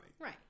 Right